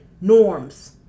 Norms